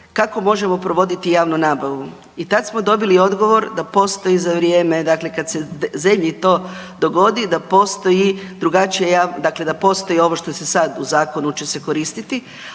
kako možemo provoditi javnu nabavu i tad smo dobili odgovor da postoji za vrijeme, dakle kad se zemlji to dogodi da postoji drugačiji, dakle da postoji ovo što se sad u Zakonu će se koristiti,